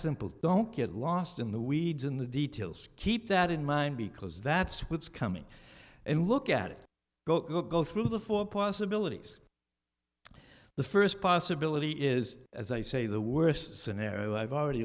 simple don't get lost in the weeds in the details keep that in mind because that's what's coming and look at it gotta go through the four possibilities the first possibility is as i say the worst scenario i've already